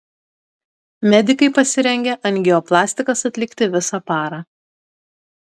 medikai pasirengę angioplastikas atlikti visą parą